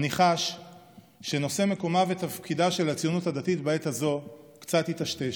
אני חש שנושא מקומה ותפקידה של הציונות הדתית בעת הזאת קצת היטשטש.